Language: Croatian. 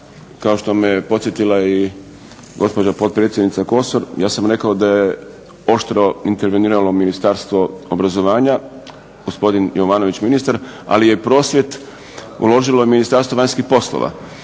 kao što me podsjetila gospođa potpredsjednica Kosor. Ja sam rekao da je oštro interveniralo Ministarstvo obrazovanja gospodin ministar Jovanović, ali je prosvjed uložilo i Ministarstvo vanjskih poslova